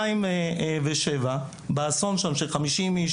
ב-2007 באסון שבו נפגעו 50 איש,